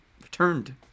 returned